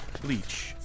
Bleach